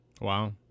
Wow